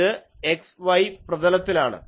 ഇത് x y പ്രതലത്തിലാണ്